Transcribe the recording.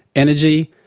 energy,